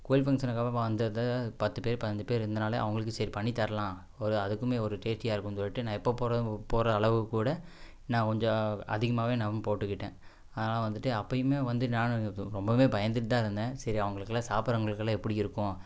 கோவில் ஃபங்க்ஷனுக்காக வந்தது பத்து பேரு பதினஞ்சி பேரு இருந்தனாலே அவங்களுக்கு சரி பண்ணி தரலாம் ஒரு அதுக்குமே ஒரு டேஸ்ட்டியா இருக்குதுன்னு சொல்லிட்டு நான் எப்போ போற போடுற அளவு கூட நான் கொஞ்சம் அதிகமாவே நான் போட்டுக்கிட்டேன் ஆனால் வந்துட்டு அப்பயுமே வந்து ரொம்பமே பயந்துட்டு தான் இருந்தேன் சரி அவங்களுக்கலாம் சாப்படுறவுங்களுக்குலாம் எப்படி இருக்கும்